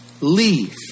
leave